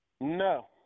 No